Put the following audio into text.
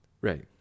Right